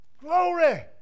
Glory